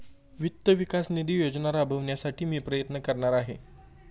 वित्त विकास निधी योजना राबविण्यासाठी मी प्रयत्न करणार आहे